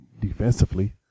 defensively